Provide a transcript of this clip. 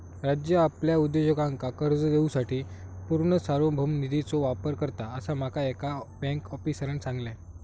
राज्य आपल्या उद्योजकांका कर्ज देवूसाठी पूर्ण सार्वभौम निधीचो वापर करता, असा माका एका बँक आफीसरांन सांगल्यान